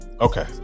Okay